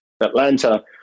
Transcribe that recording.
Atlanta